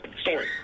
story